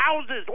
houses